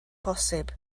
posib